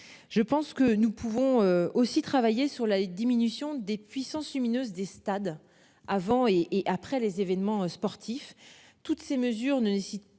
Je pense que nous pouvons aussi travailler sur la diminution des puissances lumineuse des stades avant et et après les événements sportifs, toutes ces mesures ne nécessite pas